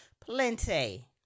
plenty